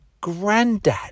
granddad